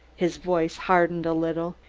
his voice hardened a little.